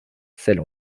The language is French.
celle